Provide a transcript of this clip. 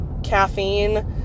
caffeine